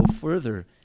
further